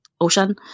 ocean